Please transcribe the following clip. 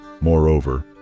Moreover